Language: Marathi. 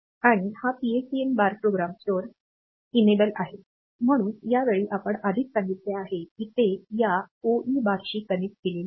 आणि हा PSEN बार प्रोग्राम स्टोअर सक्षम आहे म्हणून या वेळी आपण आधीच सांगितले आहे की ते या OE बारशी कनेक्ट केलेले आहे